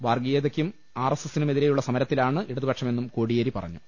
വർഗീ യതയ്ക്കും R S എസിനുമെതിരെയുള്ള സമരത്തിലാണ് ഇട തുപക്ഷമെന്നും കോടിയേരി പറഞ്ഞു